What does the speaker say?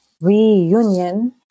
reunion